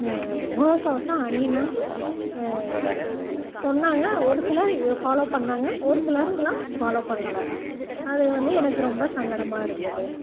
முகக்கவசம் அணியணுன்ட்டு சொன்னாங்க ஒரு சிலர் இதை ஃபாலோ பண்ணிணாங்க ஒரு சிலரெலாம் ஃபாலோ பண்ணல அது வந்து எனக்கு ரொம்ப சங்கடமாக இருந்தது